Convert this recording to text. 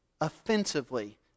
offensively